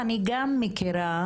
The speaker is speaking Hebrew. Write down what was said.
ואני גם מכירה,